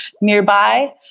nearby